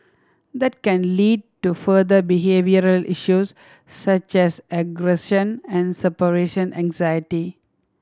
that can lead to further behavioural issues such as aggression and separation anxiety